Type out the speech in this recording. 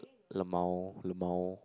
lmao lmao